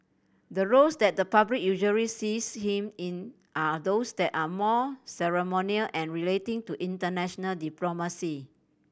the roles that the public usually sees him in are those that are more ceremonial and relating to international diplomacy